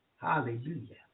hallelujah